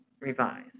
revised